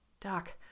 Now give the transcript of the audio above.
Doc